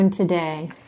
today